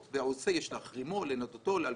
והעושה את זה יש להחרימו להכותו ולנדותו.